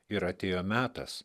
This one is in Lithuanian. ir atėjo metas